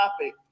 topic